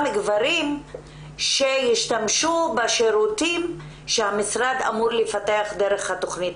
גברים שישתמשו בשירותים שהמשרד אמור לפתח דרך התכנית